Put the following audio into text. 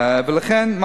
ולכן,